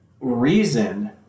reason